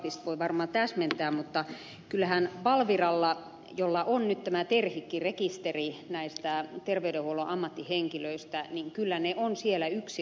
tallqvist voi varmaan täsmentää mutta kyllähän valviralla jolla on nyt tämä terhikki rekisteri näistä terveydenhuollon ammattihenkilöistä kyllä heidät on siellä yksilöity